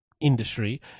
industry